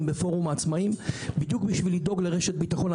בפורום העצמאים בדיוק בשביל לדאוג לרשת הביטחון.